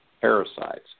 parasites